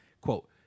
quote